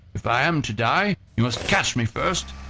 if i am to die, you must catch me first.